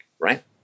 Right